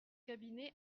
cabinet